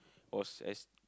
was as